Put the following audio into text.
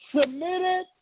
Submitted